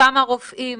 כמה רופאים